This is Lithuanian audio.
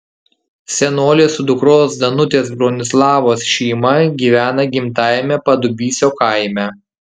senolė su dukros danutės bronislavos šeima gyvena gimtajame padubysio kaime